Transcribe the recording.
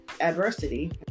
adversity